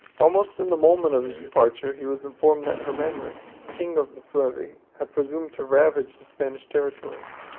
almost in the moment of his departure he was informed that hermanric, king of the suevi, had presumed to ravage the spanish territories,